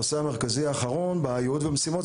הנושא המרכזי האחרון בייעוד והמשימות,